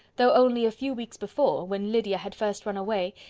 though only a few weeks before, when lydia had first run away,